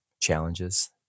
challenges